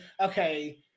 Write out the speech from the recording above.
okay